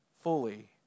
fully